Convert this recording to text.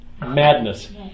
madness